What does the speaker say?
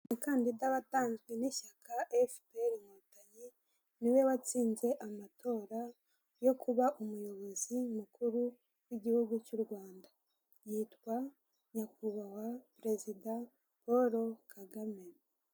Umukandida watanzwe n'ishyaka efuperi inkotanyi niwe watsinze amatora yo kuba umuyobozi mukuru w'igihugu cy'u Rwanda yitwa nyakubahwa perezida Paul kagame.